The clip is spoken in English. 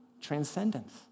transcendence